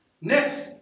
next